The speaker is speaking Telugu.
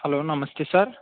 హలో నమస్తే సార్